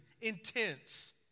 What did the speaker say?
intense